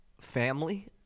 family